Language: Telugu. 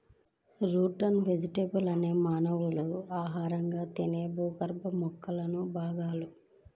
రూట్ వెజిటేబుల్స్ అనేది మానవులు ఆహారంగా తినే భూగర్భ మొక్కల భాగాలు